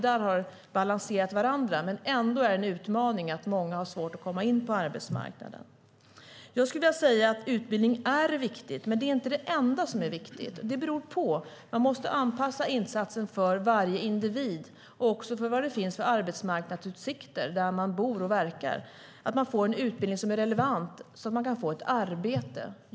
De har balanserat upp varandra. Det är ändå en utmaning att många har svårt att komma in på arbetsmarknaden. Utbildning är viktigt, men det är inte det enda som är viktigt. Det beror på. Man måste anpassa insatsen för varje individ och också efter vad det finns för arbetsmarknadsutsikter där man bor och verkar. Man måste få en utbildning som är relevant så att man kan få ett arbete.